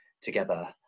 together